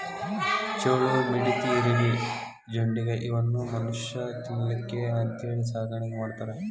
ಚೇಳು, ಮಿಡತಿ, ಇರಬಿ, ಜೊಂಡಿಗ್ಯಾ ಇವನ್ನು ಮನುಷ್ಯಾ ತಿನ್ನಲಿಕ್ಕೆ ಅಂತೇಳಿ ಸಾಕಾಣಿಕೆ ಮಾಡ್ತಾರ